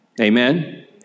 amen